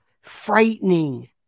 frightening